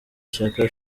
shyaka